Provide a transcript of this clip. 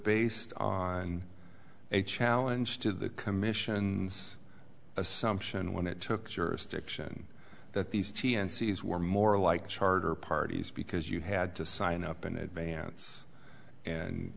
based on a challenge to the commission's assumption when it took your stiction that these t n c s were more like charter parties because you had to sign up in advance and